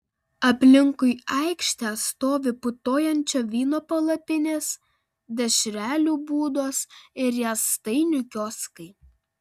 aplinkui aikštę stovi putojančio vyno palapinės dešrelių būdos ir riestainių kioskai